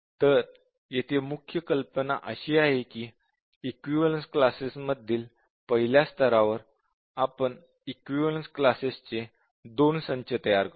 तर येथे मुख्य कल्पना अशी आहे की इक्विवलेन्स क्लासेस मधील पहिल्या स्तरावर आपण इक्विवलेन्स क्लासेस चे 2 संच तयार करतो